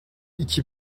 iki